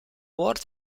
world